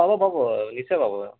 পাব পাব নিশ্চয় পাব